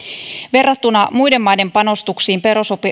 verrattuna muiden maiden panostuksiin